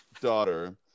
Daughter